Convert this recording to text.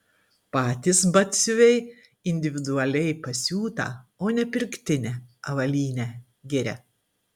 patys batsiuviai individualiai pasiūtą o ne pirktinę avalynę giria